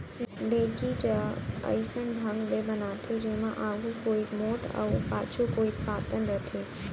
ढेंकी ज अइसन ढंग ले बनाथे जेमा आघू कोइत मोठ अउ पाछू कोइत पातन रथे